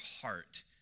heart